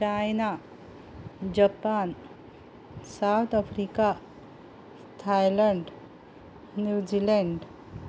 China Japan South Africa Thailand New Zealand